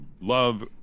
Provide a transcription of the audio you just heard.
love